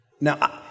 Now